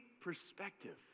perspective